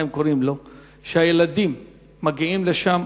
שהילדים מגיעים לשם.